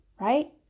right